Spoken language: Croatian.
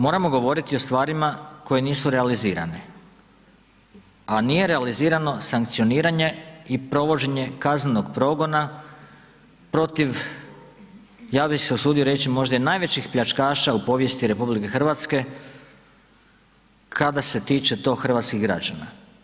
Moramo govoriti o stvarima koje nisu realizirane, a nije realizirano sankcioniranje i provođenje kaznenog progona protiv, ja bih se usudio reći, možda i najvećih pljačkaša u povijesti Republike Hrvatske, kada se tiče to hrvatskih građana.